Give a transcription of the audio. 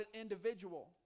individual